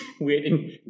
waiting